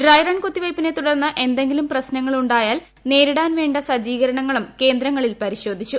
dry run കുത്തിവയ്പിനെ തുടർന്ന് എന്തെങ്കിലും പ്രശ്നങ്ങൾ ഉണ്ടായാൽ നേരിടാൻ വേണ്ട സജീകരണങ്ങളും കേന്ദ്രങ്ങളിൽ പരിശോധിച്ചു